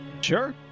Sure